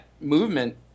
movement